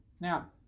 Now